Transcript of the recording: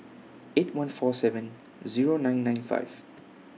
eight one four seven Zero nine nine five